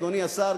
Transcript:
אדוני השר,